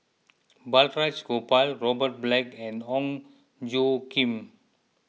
Balraj Gopal Robert Black and Ong Tjoe Kim